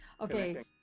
Okay